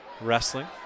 wrestling